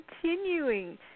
continuing